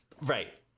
right